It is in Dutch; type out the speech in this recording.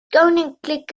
koninklijk